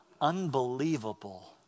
unbelievable